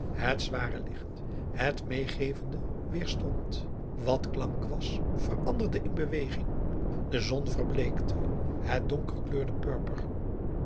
het zware werd licht het meêgevende weerstond wat klank was veranderde in beweging de zon verbleekte het donker kleurde purper